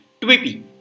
Twippy